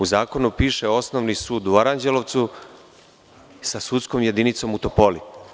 U zakonu piše – osnovni sud u Aranđelovcu sa sudskom jedinicom u Topoli.